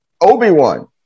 Obi-Wan